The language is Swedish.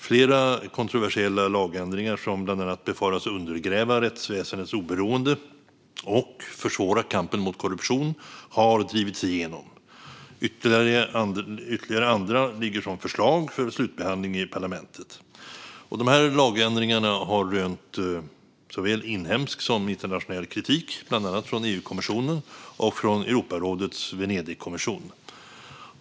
Flera kontroversiella lagändringar som bland annat befaras undergräva rättsväsendets oberoende och försvåra kampen mot korruption har drivits igenom. Ytterligare andra ligger som förslag för slutbehandling i parlamentet. Lagändringarna har rönt såväl inhemsk som internationell kritik, bland annat från EU-kommissionen och från Europarådets Venedigkommission.